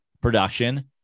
production